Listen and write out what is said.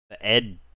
Ed